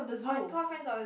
or is call friends of